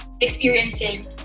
experiencing